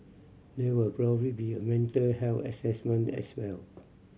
there would probably be a mental health assessment as well